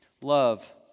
Love